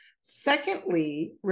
Secondly